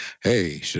hey